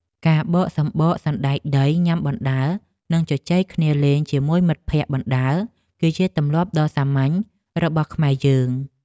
ការបកសំបកសណ្តែកដីញ៉ាំបណ្តើរនិងជជែកគ្នាលេងជាមួយមិត្តភក្តិបណ្តើរគឺជាទម្លាប់ដ៏សាមញ្ញរបស់ខ្មែរយើង។